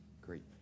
Great